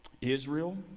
Israel